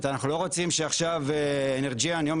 זאת אומרת אחנו לא רוצים ש-Energean יום